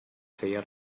feia